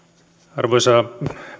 arvoisa